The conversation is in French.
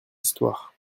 histoires